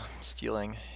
stealing